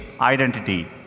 identity